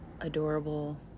adorable